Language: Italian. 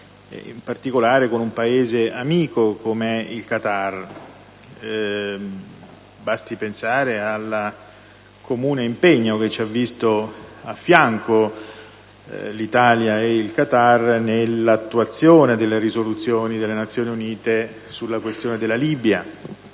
in particolare con un Paese amico com'è il Qatar. Basti pensare al comune impegno che ha visto l'Italia a fianco del Qatar nell'attuazione delle risoluzioni delle Nazioni Unite sulla questione della Libia.